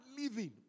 living